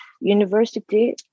university